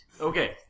Okay